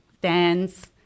dance